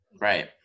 right